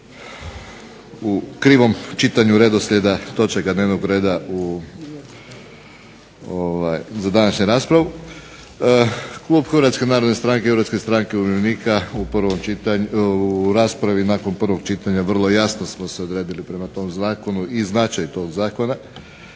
u krivom čitanju redoslijeda točaka dnevnoga reda za današnju raspravu. Klub Hrvatske narodne stranke i Hrvatske stranke umirovljenika u raspravi nakon prvog čitanja vrlo jasno smo se odredili prema tome zakonu i značaj toga zakona.